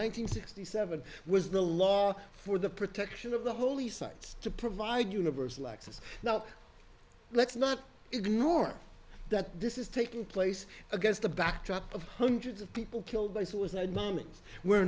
hundred sixty seven was the law for the protection of the holy sites to provide universal access not let's not ignore that this is taking place against the backdrop of hundreds of people killed by suicide bombings we're